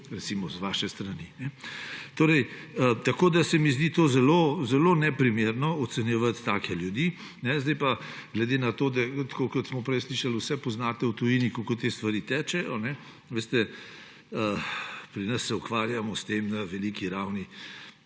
recimo z vaše strani. Tako se mi zdi to zelo, zelo neprimerno, ocenjevati take ljudi. Zdaj pa, glede na to, da tako kot smo prej slišali, vse poznate v tujini, kako te stvari tečejo. Veste, pri nas se ukvarjamo s tem na veliki ravni,